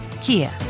Kia